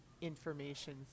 information